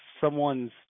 someone's